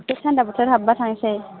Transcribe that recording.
एसे थान्दा बोथोर हाबबा थांनोसै